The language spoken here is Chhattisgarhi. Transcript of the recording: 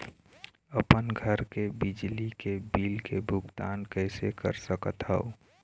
अपन घर के बिजली के बिल के भुगतान कैसे कर सकत हव?